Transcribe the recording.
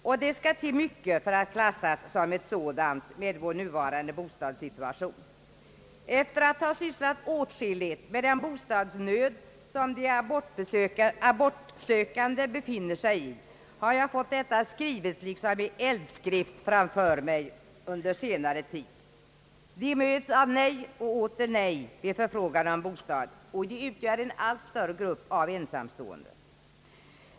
Och det skall i nuvarande bostadssituation till mycket för att klassas som sådana. Efter att ha sysslat åtskilligt med den bostadsnöd, som de abortsökande ofta befinner sig i, har jag fått detta skrivet liksom i eldskrift framför mig. De möts av nej och åter nej vid förfrågan om bostad, och de utgör en allt större grupp människor.